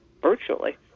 virtually